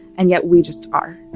and yet we just are.